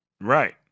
Right